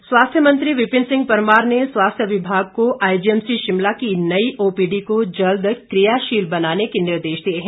परमार स्वास्थ्य मंत्री विपिन सिंह परमार ने स्वास्थ्य विभाग को आईजीएमसी शिमला की नई ओपीडी को जल्द क्रियाशील बनाने के निर्देश दिए हैं